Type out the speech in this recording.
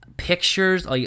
Pictures